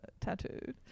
tattooed